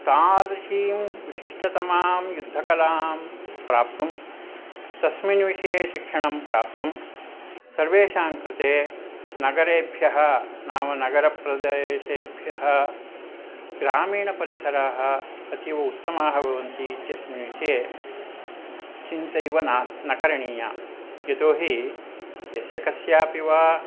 तादृशीं विशिष्टतमां युद्धकलां प्राप्तुं तस्मिन् विषये शिक्षणं प्राप्तुं सर्वेषां कृते नगरेभ्यः नाम नगरप्रदेशेभ्यः ग्रामीणपरिसराः अतीव उत्तमाः भवन्ति इत्यस्मिन् विषये चिन्तैव नास्ति न करणीया यतो हि यस्य कस्यापि वा